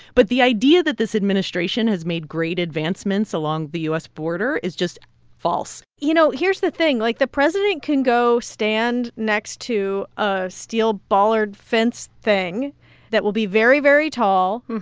but the idea that this administration has made great advancements along the u s. border is just false you know, here's the thing like, the president can go stand next to a steel bollard fence thing that will be very, very tall,